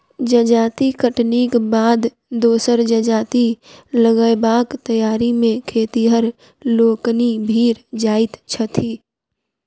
जजाति कटनीक बाद दोसर जजाति लगयबाक तैयारी मे खेतिहर लोकनि भिड़ जाइत छथि